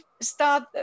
start